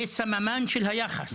זה סממן של היחס.